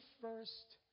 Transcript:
first